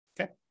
Okay